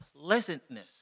pleasantness